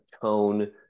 tone